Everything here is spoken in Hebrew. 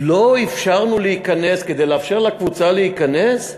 לא אפשרנו להיכנס, כדי לאפשר לקבוצה להיכנס,